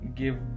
give